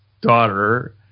daughter